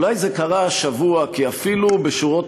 אולי זה קרה השבוע כי אפילו בשורות